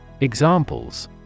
Examples